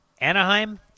Anaheim